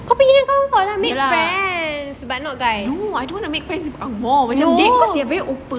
ya lah no I don't want to make friends with ang moh because they are very open